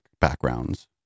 backgrounds